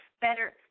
better